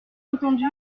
entendu